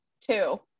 Two